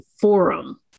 forum